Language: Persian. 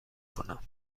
کنم